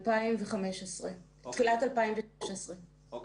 2015. תחילת 2016. אוקיי.